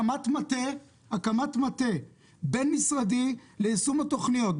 הקמת מטה בין-משרדי ליישום התוכניות,